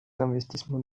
investissements